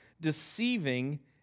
deceiving